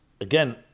again